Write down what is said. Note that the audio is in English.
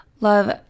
love